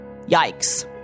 Yikes